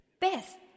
Beth